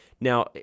Now